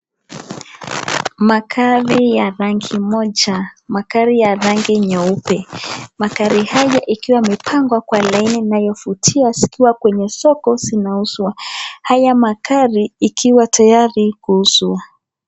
Magari ya rangi moja, magari ya rangi nyeupe , magari haya ikiwa imepangwa kwa laini inayovutia zikiwa kwenye soko zinauzwa ,haya magari ikiwa tayari kuuzwa.